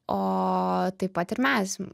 o taip pat ir mes